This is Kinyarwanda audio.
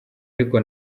ariko